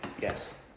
yes